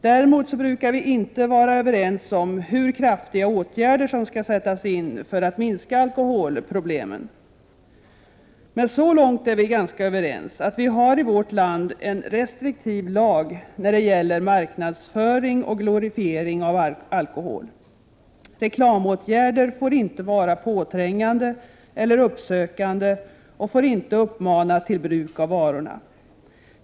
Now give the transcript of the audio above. Däremot brukar vi inte vara överens om hur kraftiga åtgärder som skall sättas in för att minska alkoholproblemen. Men så långt är vi ganska överens, att vi i vårt land har en restriktiv lag när det gäller marknadsföring och glorifiering av alkohol. Reklamåtgärder får inte vara påträngande eller uppsökande och får inte uppmana till bruk av varorna.